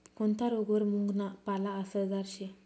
कोनता रोगवर मुंगना पाला आसरदार शे